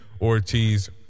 Ortiz